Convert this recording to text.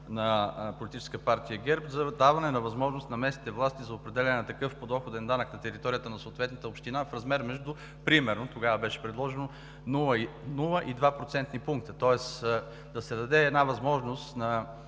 на Политическа партия ГЕРБ, за даване на възможност на местните власти за определяне на такъв подоходен данък на територията на съответната община в размер, примерно, тогава беше предложено 0,2 процентни пункта, тоест да се даде възможност на